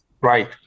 right